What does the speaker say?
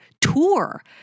tour